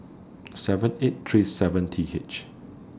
seven eight three seven T H